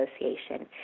Association